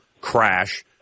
crash